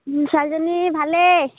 ছোৱালীজনী ভালেই